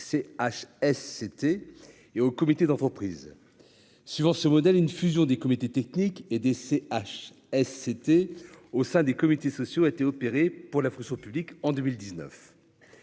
CHSCT et aux comités d'entreprise. Suivant ce modèle, une fusion des comités techniques et des CHSCT au sein des CSE a été opérée pour la fonction publique en 2019.